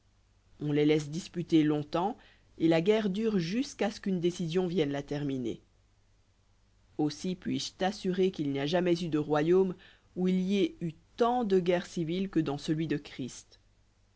on les laisse disputer longtemps et la guerre dure jusqu'à ce qu'une décision vienne la terminer aussi puis-je t'assurer qu'il n'y a jamais eu de royaume où il y ait eu tant de guerres civiles que dans celui de christ